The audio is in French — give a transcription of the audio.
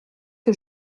que